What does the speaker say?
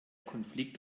konflikt